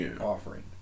offering